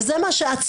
וזה מה שעצוב.